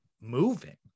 moving